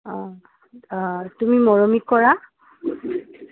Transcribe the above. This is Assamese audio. অঁ অঁ তুমি মৰমীক কৰা